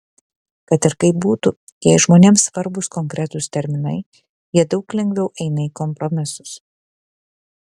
kad ir kaip būtų jei žmonėms svarbūs konkretūs terminai jie daug lengviau eina į kompromisus